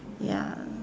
ya